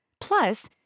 plus